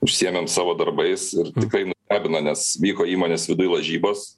užsiėmėm savo darbais ir tikrai nustebino nes vyko įmonės viduj lažybos